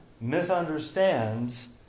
misunderstands